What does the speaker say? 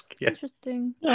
Interesting